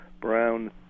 Brown